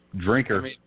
Drinker